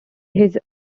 his